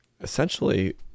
essentially